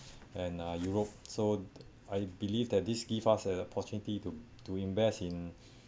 and uh europe so I believe that this give us a opportunity to to invest in